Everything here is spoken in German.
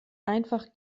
einfach